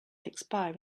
expire